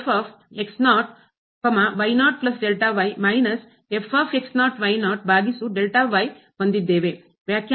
ಆದ್ದರಿಂದ ನಾವು ಮೈನಸ್ ಬಾಗಿಸು ಹೊಂದಿದ್ದೇವೆ